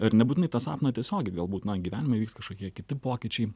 ir nebūtinai tą sapną tiesiogiai galbūt na gyvenime įvyks kažkokie kiti pokyčiai